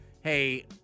hey